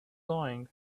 dawning